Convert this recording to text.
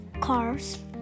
cars